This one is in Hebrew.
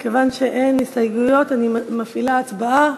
מכיוון שאין הסתייגויות, אני מפעילה הצבעה.